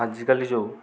ଆଜିକାଲି ଯେଉଁ